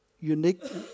unique